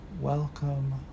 welcome